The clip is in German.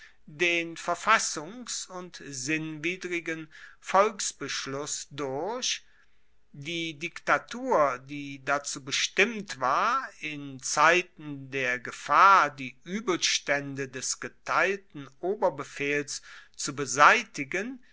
den verfassungs und sinnwidrigen volksbeschluss durch die diktatur die dazu bestimmt war in zeiten der gefahr die uebelstaende des geteilten oberbefehls zu beseitigen